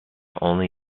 only